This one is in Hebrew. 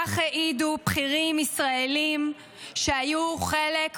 כך העידו בכירים ישראלים שהיו חלק מהדיונים,